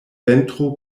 ventro